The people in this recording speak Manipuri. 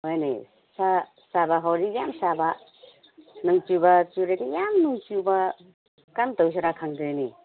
ꯍꯣꯏꯅꯦ ꯁꯥꯕ ꯍꯧꯔꯗꯤ ꯌꯥꯝ ꯁꯥꯕ ꯅꯣꯡ ꯆꯨꯕ ꯆꯨꯔꯗꯤ ꯌꯥꯝ ꯅꯣꯡ ꯆꯨꯕ ꯀꯔꯝ ꯇꯧꯁꯤꯔ ꯈꯪꯗ꯭ꯔꯦꯅꯦ